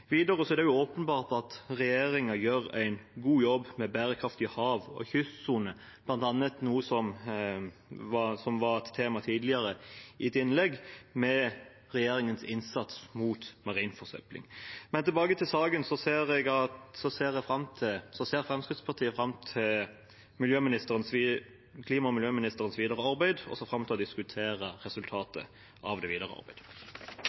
Videre er det åpenbart at regjeringen gjør en god jobb med en bærekraftig hav- og kystsone med sin innsats mot marin forsøpling, noe som bl.a. var tema i et tidligere innlegg. Men tilbake til saken: Fremskrittspartiet ser fram til klima- og miljøministerens videre arbeid og til å diskutere